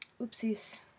Oopsies